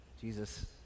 Jesus